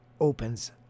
opens